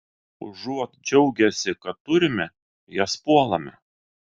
užuot džiaugęsi kad turime jas puolame